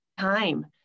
time